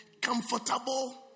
comfortable